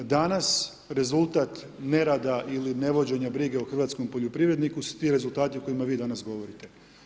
Danas, rezultat nerada ili nevođenja brige o hrvatskom poljoprivredniku su ti rezultati o kojima vi danas govorite.